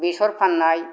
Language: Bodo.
बेसर फान्नाय